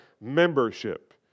membership